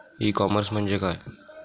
E commerce म्हणजे काय?